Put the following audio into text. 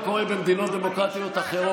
על מה אתה מדבר?